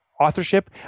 authorship